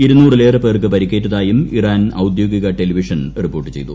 ഇരുനൂറിലേറെ പേർക്ക് പരിക്കേറ്റതായും ഇറാൻ ഔദ്യോഗിക ടെലിവിഷൻ റിപ്പോർട്ടു ചെയ്തു